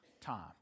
time